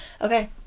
Okay